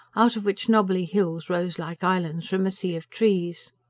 out of which nobbly hills rose like islands from a sea of trees.